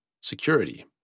security